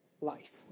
life